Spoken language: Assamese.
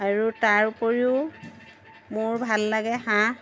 আৰু তাৰ উপৰিও মোৰ ভাল লাগে হাঁহ